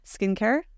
skincare